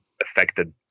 affected